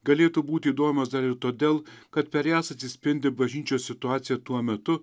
galėtų būti įdomios dar ir todėl kad per jas atsispindi bažnyčios situacija tuo metu